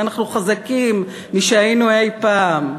ואנחנו חזקים משהיינו אי-פעם.